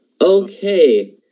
Okay